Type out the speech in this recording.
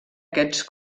aquests